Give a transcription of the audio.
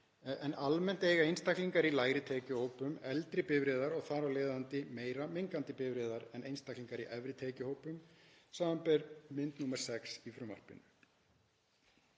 en almennt eiga einstaklingar í lægri tekjuhópum eldri bifreiðar og þar af leiðandi meira mengandi bifreiðar en einstaklingar í efri tekjuhópum, sbr. mynd nr. 6 í frumvarpinu.